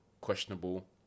questionable